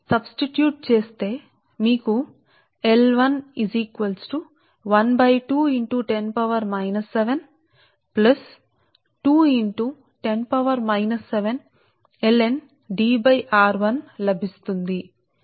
అంటే మీరు ప్రతిక్షేపిస్తే L1 half into ten to the power of minus 7 12 plus 2 into ten to the power of minus 7 ln Dr1 i